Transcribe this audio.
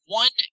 one